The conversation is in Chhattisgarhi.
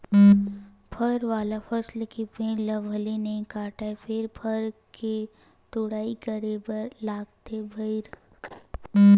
फर वाला फसल के पेड़ ल भले नइ काटय फेर फल के तोड़ाई करे बर लागथे भईर